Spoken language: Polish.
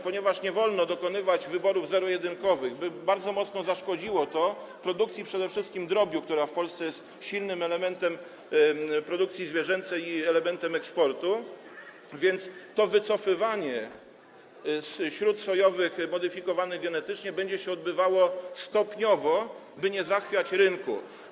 Ponieważ nie wolno dokonywać wyborów zero-jedynkowych, bo bardzo mocno zaszkodziłoby to produkcji przede wszystkim drobiu, która w Polsce jest silnym elementem produkcji zwierzęcej i elementem eksportu, wycofywanie śrut sojowych modyfikowanych genetycznie będzie odbywało się stopniowo, by nie zachwiać rynku.